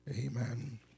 Amen